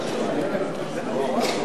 נתקבל.